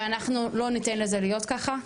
ואנחנו לא ניתן לזה להיות ככה,